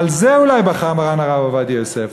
על זה אולי בכה המרן הרב עובדיה יוסף.